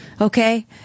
Okay